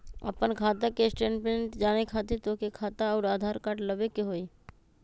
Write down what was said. आपन खाता के स्टेटमेंट जाने खातिर तोहके खाता अऊर आधार कार्ड लबे के होइ?